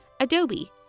Adobe